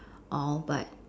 all but